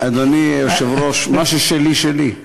אדוני היושב-ראש, מה ששלי שלי.